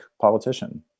politician